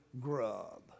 grub